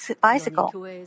bicycle